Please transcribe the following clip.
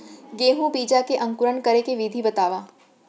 गेहूँ बीजा के अंकुरण करे के विधि बतावव?